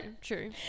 true